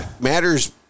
matters